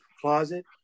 closet